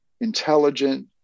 intelligent